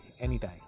anytime